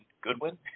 Goodwin